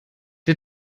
der